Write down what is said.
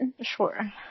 Sure